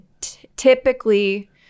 typically